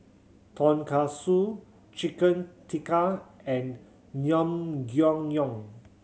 Tonkatsu Chicken Tikka and Naengmyeon